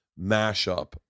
mashup